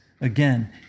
again